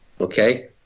okay